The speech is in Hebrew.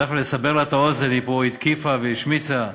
רק לסבר לה את האוזן מפה, היא התקיפה והשמיצה,